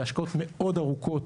זה השקעות מאוד ארוכות.